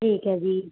ਠੀਕ ਹੈ ਜੀ